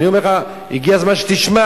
אני אומר לך שהגיע הזמן שתשמע.